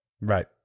right